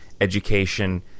education